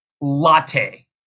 Latte